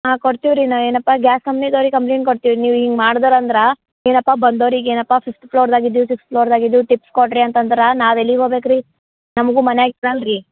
ಹಾಂ ಕೊಡ್ತಿವಿ ರೀ ನಾ ಏನಪ್ಪ ಗ್ಯಾಸ್ ಕಂಪ್ನಿದೊರಿಗೆ ಕಂಪ್ಲೇಂಟ್ ಕೊಡ್ತಿವಿ ನೀವು ಹಿಂಗ್ ಮಾಡಿದ್ರಿ ಅಂದ್ರೆ ಏನಪ್ಪ ಬಂದೋರಿಗೆ ಏನಪ್ಪ ಫಿಫ್ತ್ ಫ್ಲೋರ್ದಾಗ ಇದೀವಿ ಸಿಕ್ಸ್ತ್ ಫ್ಲೋರ್ದಾಗ ಇದೀವಿ ಟಿಪ್ಸ್ ಕೊಡಿರಿ ಅಂತ ಅಂದ್ರೆ ನಾವು ಎಲ್ಲಿಗೆ ಹೋಗ್ಬೇಕು ರೀ ನಮಗೂ ಮನೆ ಇತ್ತು ಅಲ್ಲ ರೀ